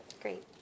great